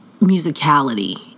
musicality